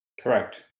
Correct